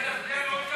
12 היה דין רציפות.